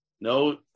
No